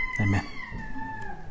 Amen